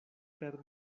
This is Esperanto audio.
per